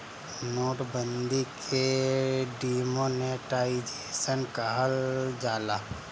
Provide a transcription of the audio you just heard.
note बंदी के demonetisation कहल जाला